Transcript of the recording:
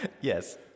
yes